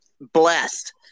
blessed